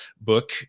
book